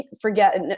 forget